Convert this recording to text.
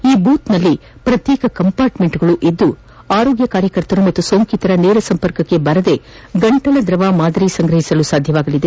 ಈ ಬೂತ್ನಲ್ಲಿ ಪ್ರತ್ಯೇಕ ಕಂಪಾರ್ಟ್ಮೆಂಟ್ಗಳಿದ್ದು ಆರೋಗ್ಯ ಕಾರ್ಯಕರ್ತರು ಮತ್ತು ಸೋಂಕಿತರ ನೇರ ಸಂಪರ್ಕಕ್ಕೆ ಬರದೇ ಗಂಟಲದ್ರವ ಮಾದರಿ ಸಂಗ್ರಹಿಸಲು ಸಾಧ್ಯವಾಗಲಿದೆ